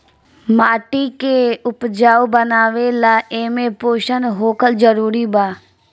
माटी के उपजाऊ बनावे ला एमे पोषण होखल जरूरी बा